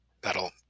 that'll